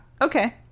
Okay